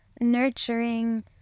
nurturing